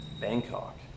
Bangkok